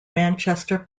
manchester